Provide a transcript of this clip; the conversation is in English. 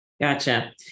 Gotcha